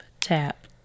tap